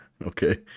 okay